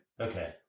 Okay